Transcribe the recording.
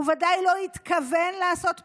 הוא ודאי לא התכוון לעשות פיגוע.